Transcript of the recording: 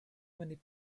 many